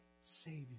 Savior